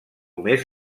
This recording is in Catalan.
més